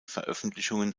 veröffentlichungen